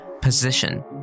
position